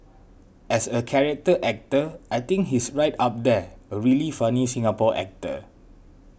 as a character actor I think he's right up there a really funny Singapore actor